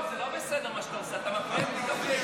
לא, זה לא בסדר מה שאתה עושה, אתה מפריע לי לדבר.